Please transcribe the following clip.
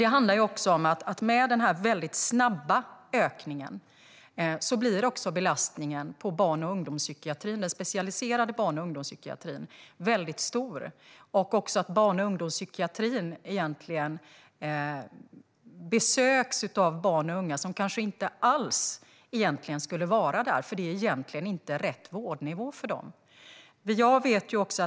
Det handlar också om att med denna väldigt snabba ökning blir belastningen på den specialiserade barn och ungdomspsykiatrin väldigt stor. Barn och ungdomspsykiatrin besöks också av barn och unga som kanske inte alls borde vara där, eftersom det egentligen inte är rätt vårdnivå för dem.